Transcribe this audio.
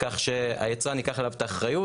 כך שהיצרן ייקח עליו את האחריות.